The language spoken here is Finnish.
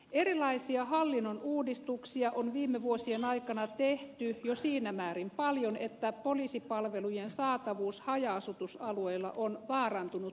erilaisia hallinnon uudistuksia on viime vuosien aikana tehty jo siinä määrin paljon että poliisipalvelujen saatavuus haja asutusalueilla on vaarantunut huomattavasti